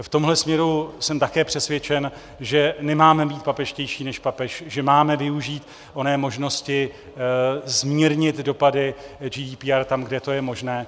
V tomhle směru jsem také přesvědčen, že nemáme být papežštější než papež, že máme využít oné možnosti zmírnit dopady GDPR tam, kde to je možné.